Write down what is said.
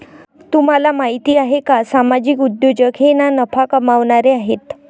तुम्हाला माहिती आहे का सामाजिक उद्योजक हे ना नफा कमावणारे आहेत